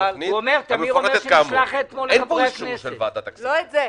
טמיר אומר שזה נשלח אתמול לחברי הכנסת.